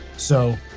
so,